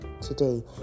today